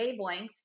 wavelengths